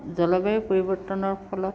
জলবায়ুৰ পৰিৱৰ্তনৰ ফলত